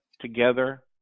together